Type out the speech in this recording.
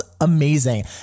amazing